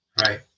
Right